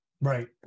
right